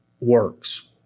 works